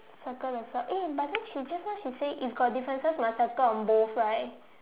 circle the saw eh but then just now she said if got differences must circle on both right